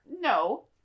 No